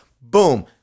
Boom